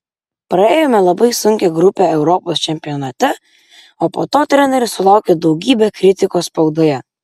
praėjome labai sunkią grupę europos čempionate o po to treneris sulaukė daugybę kritikos spaudoje